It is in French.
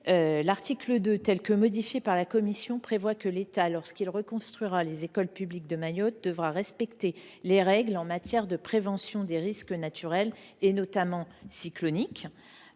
L’article 2, tel qu’il a été modifié par la commission, prévoit que l’État, lorsqu’il reconstruira les écoles publiques de Mayotte, devra respecter les règles en matière de prévention des risques naturels, notamment cycloniques.